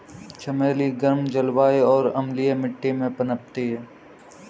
चमेली गर्म जलवायु और अम्लीय मिट्टी में पनपती है